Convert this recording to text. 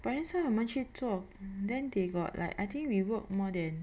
but then 那时候我们去做 then they got like I think we work more than